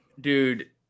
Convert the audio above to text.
Dude